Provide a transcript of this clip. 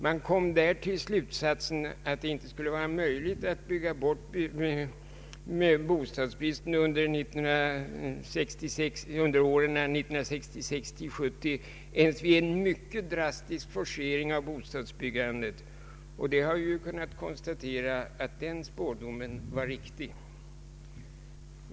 Man kom där till slutsatsen att det inte skulle vara möjligt att under åren 1966—1970 bygga bort bostadsbristen ens vid en mycket drastisk forcering av bostadsbyggandet. Och vi har ju kunnat konstatera att den spådomen var riktig.